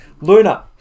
Luna